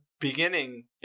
beginning